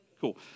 cool